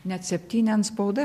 net septyni antspaudai